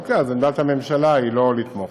אוקיי, אז עמדת הממשלה היא לא לתמוך.